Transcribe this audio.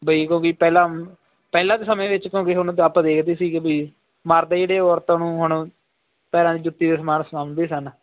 ਬਈ ਕਿਉਂਕਿ ਪਹਿਲਾਂ ਪਹਿਲਾਂ ਦੇ ਸਮੇਂ ਵਿੱਚ ਭਾਵੇਂ ਹੁਣ ਆਪਾਂ ਦੇਖਦੇ ਸੀਗੇ ਵੀ ਮਰਦ ਜਿਹੜੇ ਔਰਤਾਂ ਨੂੰ ਹੁਣ ਪੈਰਾਂ ਦੀ ਜੁੱਤੀ ਦੇ ਸਮਾਨ ਸਮਝਦੇ ਸਨ